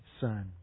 son